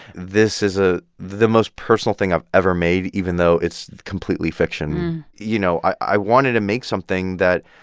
this is a the most personal thing i've ever made, even though it's completely fiction. you know, i wanted to make something that,